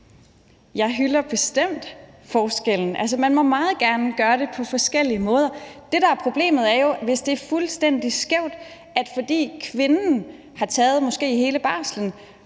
Jeg hylder bestemt forskellen. Man må meget gerne gøre det på forskellige måder. Det, der er problemet, er jo, hvis det er fuldstændig skævt, altså at fordi kvinden måske har taget hele barslen